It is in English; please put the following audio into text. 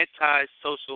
antisocial